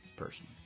person